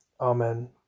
Amen